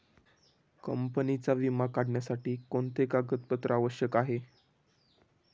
कंपनीचा विमा काढण्यासाठी कोणते कागदपत्रे आवश्यक आहे?